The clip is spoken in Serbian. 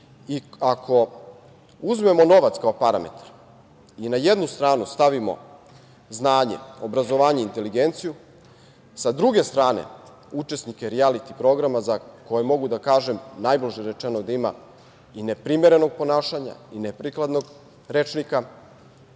i ako uzmemo novac kao parametar i na jednu stranu stavimo znanje, obrazovanje i inteligenciju, sa druge strane učesnike rijaliti programa za koje mogu da kažem najblaže rečeno gde ima i neprimerenog ponašanja, i neprikladnog rečnika,